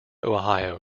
ohio